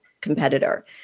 competitor